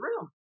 room